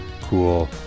cool